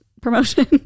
promotion